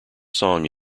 song